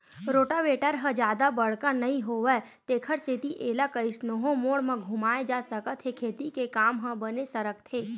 rotavator ह जादा बड़का नइ होवय तेखर सेती एला कइसनो मोड़ म घुमाए जा सकत हे खेती के काम ह बने सरकथे